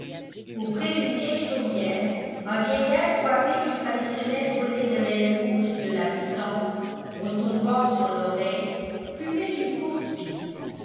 auprès d'une vieille chaumière un vieillard coiffé du traditionnel bonnet de laine rouge de l'habitant retombant sur l'oreille fumait une courte pipe